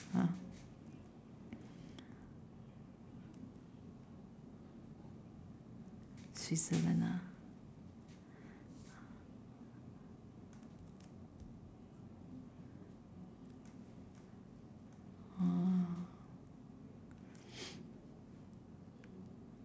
ah switzerland ah orh